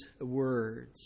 words